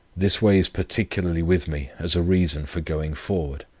this weighs particularly with me as a reason for going forward.